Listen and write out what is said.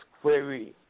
query